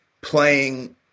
playing